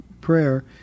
prayer